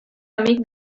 amic